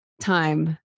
time